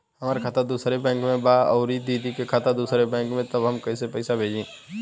हमार खाता दूसरे बैंक में बा अउर दीदी का खाता दूसरे बैंक में बा तब हम कैसे पैसा भेजी?